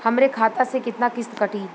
हमरे खाता से कितना किस्त कटी?